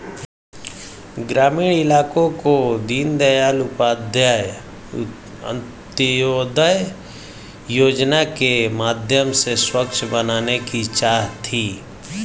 ग्रामीण इलाकों को दीनदयाल उपाध्याय अंत्योदय योजना के माध्यम से स्वच्छ बनाने की चाह थी